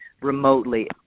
remotely